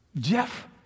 Jeff